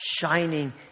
shining